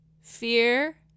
fear